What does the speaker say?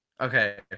Okay